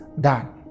done